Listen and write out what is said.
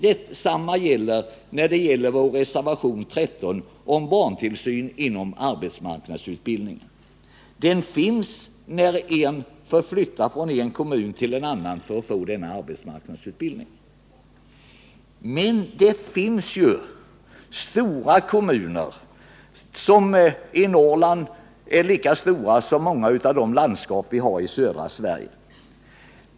Detsamma gäller vår reservation 13, om barntillsynen inom arbetsmarknadsutbildningen. En person kan få flytta från en kommun till en annan för att få denna arbetsmarknadsutbildning. Men i Norrland finns det stora kommuner, ibland lika stora som många av de landskap vi har i södra Sverige.